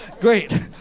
Great